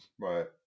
Right